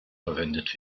verwendet